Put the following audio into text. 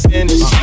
Finish